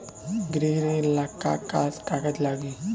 गृह ऋण ला का का कागज लागी?